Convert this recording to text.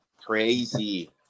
crazy